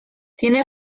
tiene